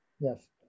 Yes